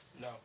No